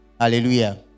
hallelujah